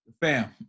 fam